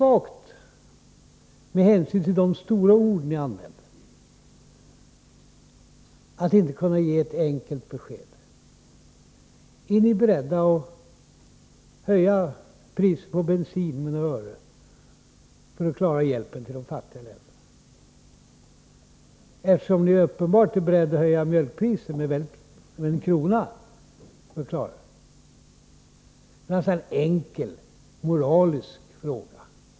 Att inte kunna ge ett enkelt besked är litet svagt med tanke på de stora ord som ni använder. Är ni beredda att höja priset på bensin med några ören för att klara hjälpen till de fattiga länderna? Uppenbart är ni beredda att höja mjölkpriset med en krona för att klara det. Det här är en enkel, moralisk fråga.